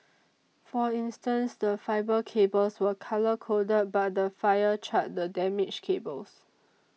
for instance the fibre cables were colour coded but the fire charred the damaged cables